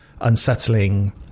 unsettling